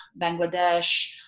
Bangladesh